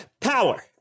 power